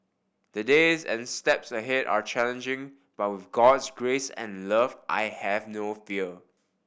the days and steps ahead are challenging but with God's grace and love I have no fear